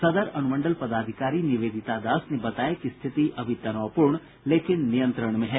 सदर अनुमंडल पदाधिकारी निवेदिता दास ने बताया कि स्थिति अभी तनावपूर्ण लेकिन नियंत्रण में है